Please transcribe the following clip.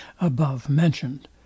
above-mentioned